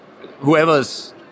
whoever's